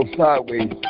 sideways